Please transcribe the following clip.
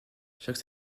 chaque